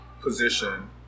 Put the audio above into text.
position